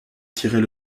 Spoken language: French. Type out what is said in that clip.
tirait